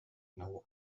know